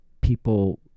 people